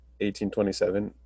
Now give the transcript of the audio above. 1827